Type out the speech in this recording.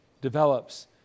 develops